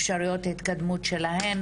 אפשרויות התקדמות שלהן,